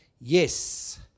Yes